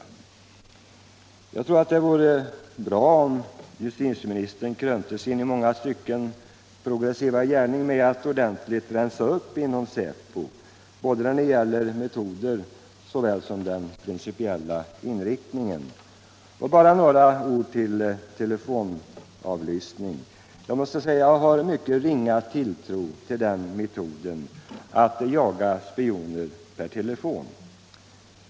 Och jag tycker att det vore bra om justitieministern krönte sin i många stycken progressiva gärning med att rensa upp ordentligt inom säpo, både när det gäller metoderna och i fråga om den principiella inriktningen av verksamheten. Slutligen bara ett ord om telefonavlyssningen. Jag måste säga att jag har mycket liten tilltro till metodén att jaga spioner per telefon.